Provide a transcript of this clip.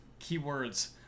keywords